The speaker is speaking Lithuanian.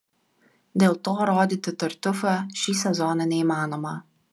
dėl to rodyti tartiufą šį sezoną neįmanoma